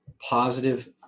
positive